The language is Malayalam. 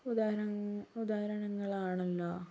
ഉദാഹര ഉദാഹരണങ്ങൾ ആണല്ലോ